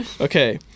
Okay